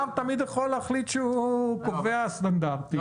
תמיד יכול להחליט שהוא קובע סטנדרטים.